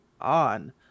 on